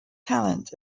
talent